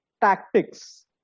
tactics